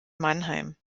mannheim